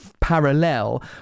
parallel